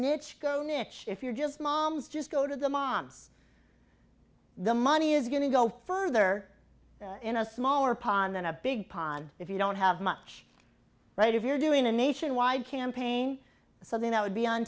niche go niche if you're just moms just go to the moms the money is going to go further in a smaller pond than a big pond if you don't have much right if you're doing a nationwide campaign something that would be on